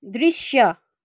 दृश्य